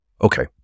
Okay